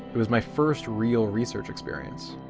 it was my first real research experience.